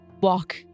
walk